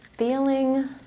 Feeling